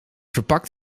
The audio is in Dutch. verpakt